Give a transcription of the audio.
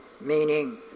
meaning